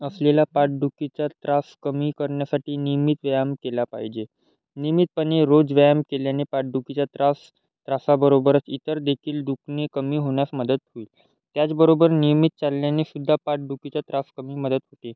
असलेला पाठदुखीचा त्रास कमी करण्यासाठी नियमित व्यायाम केला पाहिजे नियमितपणे रोज व्यायाम केल्याने पाटदुखीचा त्रास त्रासाबरोबरच इतरदेखील दुखणे कमी होण्यास मदत होईल त्याचबरोबर नियमित चालल्याने सुद्धा पाठदुखीचा त्रास कमी मदत होते